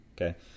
Okay